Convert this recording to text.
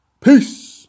Peace